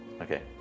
Okay